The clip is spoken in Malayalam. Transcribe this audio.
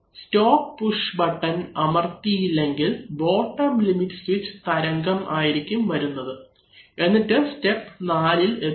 സ്റ്റോപ്പ് പുഷ് ബട്ടൺ അമർത്തിയില്ലെങ്കിൽ ബോട്ടം ലിമിറ്റ് സ്വിച്ച് തരംഗം ആയിരിക്കും വരുന്നത് എന്നിട്ട് സ്റ്റെപ്പ് 4ഇൽ എത്തും